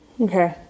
Okay